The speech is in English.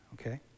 okay